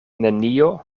nenio